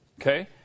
Okay